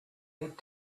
need